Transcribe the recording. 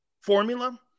formula